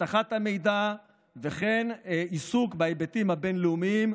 הבטחת המידע וכן עיסוק בהיבטים הבין-לאומיים,